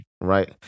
Right